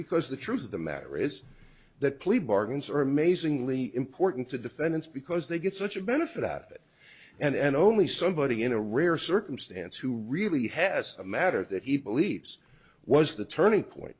because the truth of the matter is that plea bargains are amazingly important to defendants because they get such a benefit out of it and only somebody in a rare circumstance who really has a matter that he believes was the turning point